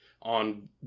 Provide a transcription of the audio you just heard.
on